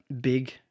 big